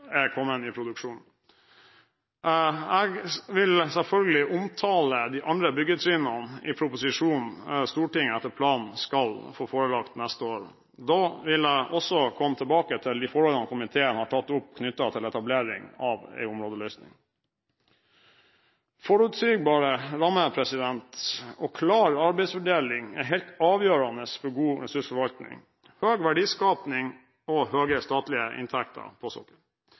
produksjon. Jeg vil selvfølgelig omtale de andre byggetrinnene i proposisjonen Stortinget etter planen skal få seg forelagt neste år. Da vil jeg også komme tilbake til de forholdene komiteen har tatt opp knyttet til etablering av en områdeløsning. Forutsigbare rammer og klar arbeidsfordeling er helt avgjørende for god ressursforvaltning, høy verdiskaping og høye statlige inntekter på